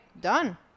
done